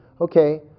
Okay